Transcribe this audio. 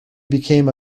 became